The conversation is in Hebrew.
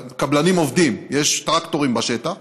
קבלנים עובדים, יש טרקטורים בשטח,